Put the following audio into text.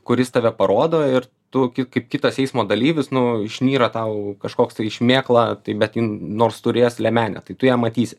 kuris tave parodo ir tu kaip kitas eismo dalyvis nu išnyra tau kažkoks tai šmėkla tai bet nors turės liemenę tai tu ją matysi